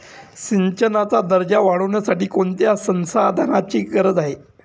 सिंचनाचा दर्जा वाढविण्यासाठी कोणत्या संसाधनांची गरज आहे?